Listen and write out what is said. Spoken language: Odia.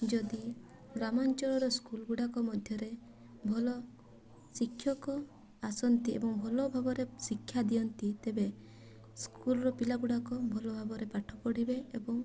ଯଦି ଗ୍ରାମାଞ୍ଚଳର ସ୍କୁଲ୍ଗୁଡ଼ାକ ମଧ୍ୟରେ ଭଲ ଶିକ୍ଷକ ଆସନ୍ତି ଏବଂ ଭଲ ଭାବରେ ଶିକ୍ଷା ଦିଅନ୍ତି ତେବେ ସ୍କୁଲ୍ର ପିଲା ଗୁଡ଼ାକ ଭଲ ଭାବରେ ପାଠ ପଢ଼ିବେ ଏବଂ